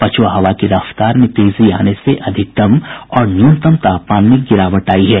पछुआ हवा की रफ्तार में तेजी आने से अधिकतम और न्यूनतम तापमान में गिरावट आई है